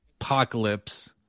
apocalypse